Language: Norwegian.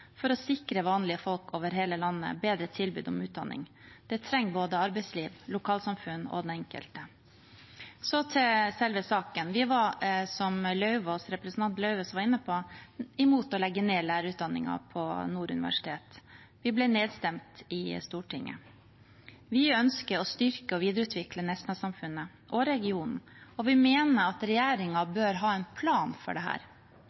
for å sikre vanlige folk over hele landet bedre tilbud om utdanning. Det trenger både arbeidsliv, lokalsamfunn og den enkelte. Så til selve saken: Vi var, som representanten Lauvås var inne på, mot å legge ned lærerutdanningen på Nord universitet. Vi ble nedstemt i Stortinget. Vi ønsker å styrke og videreutvikle Nesna-samfunnet og regionen, og vi mener at regjeringen bør ha en plan for